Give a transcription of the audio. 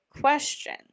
question